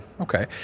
Okay